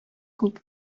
күп